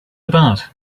about